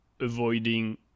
avoiding